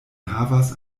havas